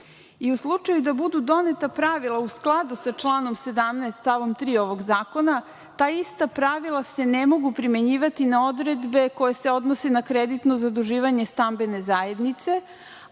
slučaju da budu doneta pravila u skladu sa članom 17. stav 3. ovog zakona, ta ista pravila se ne mogu primenjivati na odredbe koje se odnose na kreditno zaduživanje stambene zajednice,